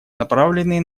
направленные